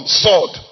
sword